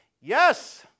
Yes